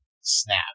snap